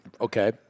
Okay